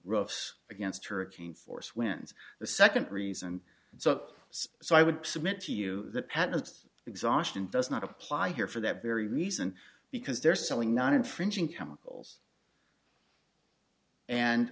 ropes against hurricane force winds the second reason so so i would submit to you the patents exhaustion does not apply here for that very reason because they're selling not infringing chemicals and